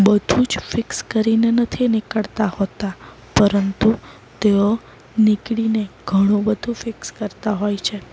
બધું જ ફિક્સ કરીને નથી નીકળતા હોતા પરંતુ તેઓ નીકળીને ઘણું બધું ફિક્સ કરતા હોય છે